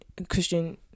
Christian